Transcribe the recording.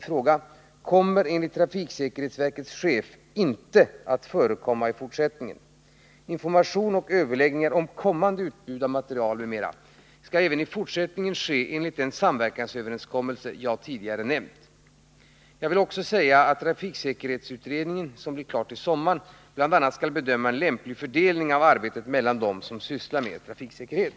fråga kommer enligt trafiksäkerhetsverkets chef inte att förekomma i fortsättningen. Information och överläggningar om kommande utbud av material m.m. kommer även i fortsättningen att ske enligt den samverkansöverenskommelse jag tidigare nämnt. Jag vill också nämna att trafiksäkerhetsutredningen som blir klar till sommaren bl.a. skall bedöma en lämplig fördelning av arbetet mellan dem som sysslar med trafiksäkerhet.